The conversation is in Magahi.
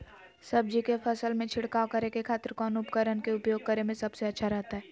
सब्जी के फसल में छिड़काव करे के खातिर कौन उपकरण के उपयोग करें में सबसे अच्छा रहतय?